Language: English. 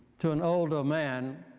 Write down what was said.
to an older man,